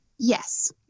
Yes